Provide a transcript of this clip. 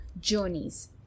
journeys